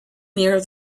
near